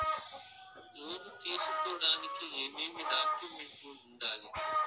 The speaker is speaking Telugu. లోను తీసుకోడానికి ఏమేమి డాక్యుమెంట్లు ఉండాలి